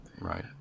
Right